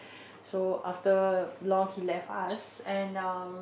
so after long he left us and um